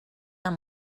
amb